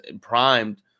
primed